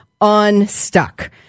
unstuck